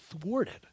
thwarted